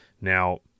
Now